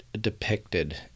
depicted